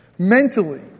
mentally